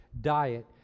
diet